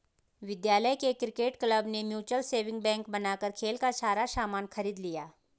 विद्यालय के cricket club ने म्यूचल सेविंग बैंक बनाकर खेल का सारा सामान खरीद लिया